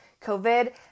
COVID